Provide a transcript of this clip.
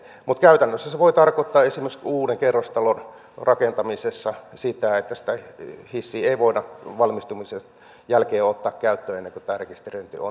mutta käytännössä se voi tarkoittaa esimerkiksi uuden kerrostalon rakentamisessa sitä että sitä hissiä ei voida valmistumisen jälkeen ottaa käyttöön ennen kuin tämä rekisteröinti on